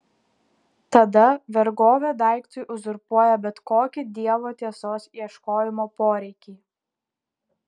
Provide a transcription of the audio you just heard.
tada vergovė daiktui uzurpuoja bet kokį dievo tiesos ieškojimo poreikį